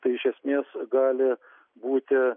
tai iš esmės gali būti